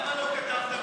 למה לא כתבת בקעה?